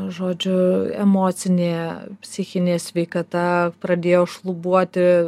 žodžiu emocinė psichinė sveikata pradėjo šlubuoti